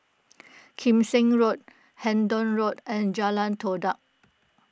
Kim Seng Road Hendon Road and Jalan Todak